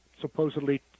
supposedly